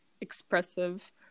expressive